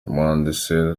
umuhanzi